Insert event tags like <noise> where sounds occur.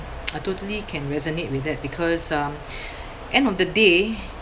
<noise> I totally can resonate with that because um end of the day